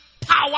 power